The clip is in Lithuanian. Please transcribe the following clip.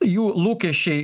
jų lūkesčiai